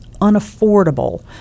unaffordable